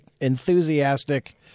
enthusiastic